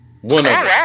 One